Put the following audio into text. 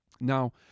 Now